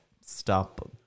stop